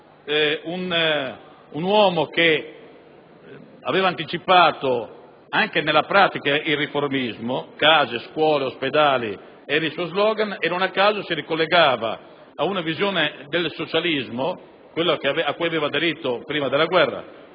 un uomo che anticipò, anche nella pratica, il riformismo - case, scuole, ospedali era il suo *slogan* - e non a caso si ricollegava ad una visione del socialismo, quello cui aveva aderito prima della guerra,